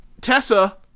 Tessa